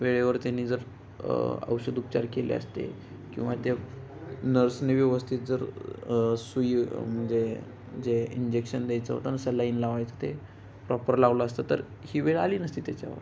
वेळेवर त्यानी जर औषध उपचार केले असते किंवा त्या नर्सनी व्यवस्थित जर सुई म्हणजे जे इंजेक्शन द्यायचं होतं ना सलाईन लावायचं ते प्रॉपर लावलं असतं तर ही वेळ आली नसती त्याच्यावर